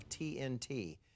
TNT